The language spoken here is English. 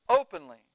openly